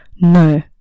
no